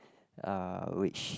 uh which